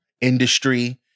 industry